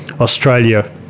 Australia